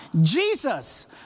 Jesus